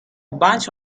bunch